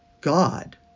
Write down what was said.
God